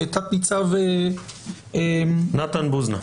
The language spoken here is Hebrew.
תת ניצב נתן בוזנה,